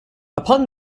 upon